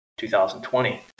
2020